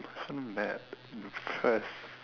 wasn't mad impressed